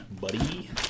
buddy